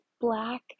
black